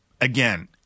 again